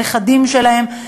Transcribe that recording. והנכדים שלהם,